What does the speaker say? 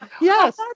Yes